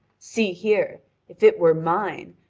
see here if it were mine,